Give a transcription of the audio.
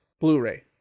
Blu-ray